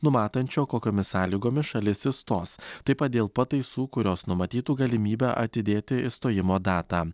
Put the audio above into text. numatančio kokiomis sąlygomis šalis išstos taip pat dėl pataisų kurios numatytų galimybę atidėti išstojimo datą